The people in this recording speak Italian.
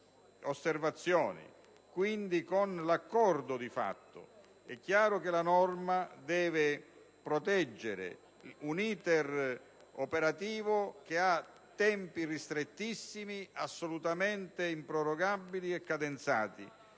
quindi con un accordo di fatto. È chiaro che la norma deve proteggere un *iter* operativo che ha tempi ristrettissimi, assolutamente improrogabili e cadenzati,